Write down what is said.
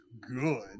good